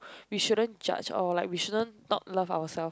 we shouldn't judge or like we shouldn't talk love ourselves